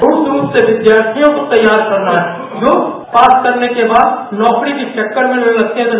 मुख्य रूप से विद्यार्थियों को तैयार करना है जो पास करने के बाद नौकरी को चक्कर में न रहें